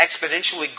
exponentially